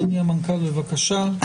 אדוני המנכ"ל, בבקשה.